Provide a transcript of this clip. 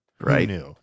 Right